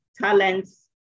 talents